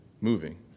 moving